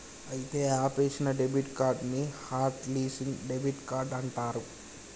అయితే ఆపేసిన debit card ని హట్ లిస్సింగ్ డెబిట్ కార్డ్ అంటారు